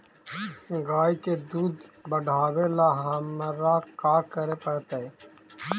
गाय के दुध बढ़ावेला हमरा का करे पड़तई?